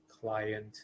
client